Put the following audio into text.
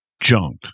junk